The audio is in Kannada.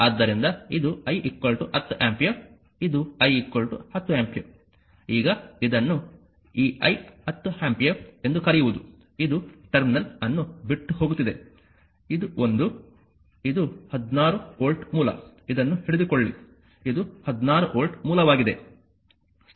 ಆದ್ದರಿಂದ ಇದು I 10 ಆಂಪಿಯರ್ ಇದು I 10 ಆಂಪಿಯರ್ ಈಗ ಇದನ್ನು ಈ I 10 ಆಂಪಿಯರ್ ಎಂದು ಕರೆಯುವುದು ಇದು ಟರ್ಮಿನಲ್ ಅನ್ನು ಬಿಟ್ಟು ಹೋಗುತ್ತಿದೆ ಇದು ಒಂದು ಇದು 16 ವೋಲ್ಟ್ ಮೂಲ ಇದನ್ನು ಹಿಡಿದುಕೊಳ್ಳಿ ಇದು 16 ವೋಲ್ಟ್ ಮೂಲವಾಗಿದೆ